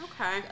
Okay